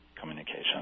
communication